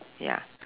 ya